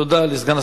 תודה לסגן השר.